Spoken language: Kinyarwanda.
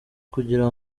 kugira